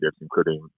including